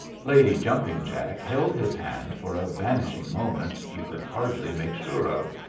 lady jumping jack held his hand for a vanishing moment you could hardly make sure of.